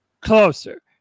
closer